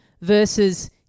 versus